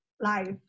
life